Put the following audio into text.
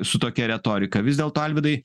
su tokia retorika vis dėlto alvydai